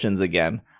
again